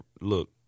look